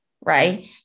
right